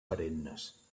perennes